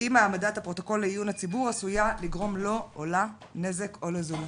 אם העמדת הפרוטוקול לעיון הציבור עשויה לגרום לו או לה נזק או לזולתו.